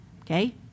okay